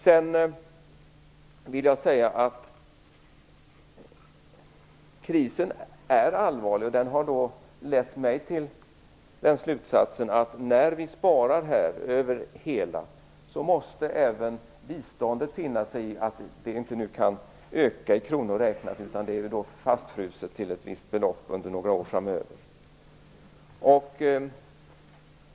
Sedan vill jag säga att krisen är allvarlig. Det har lett mig till den slutsatsen att när vi sparar över hela linjen måste även biståndet finna sig i att det inte nu kan öka i kronor räknat, utan är fastfruset till ett visst belopp under några år framöver.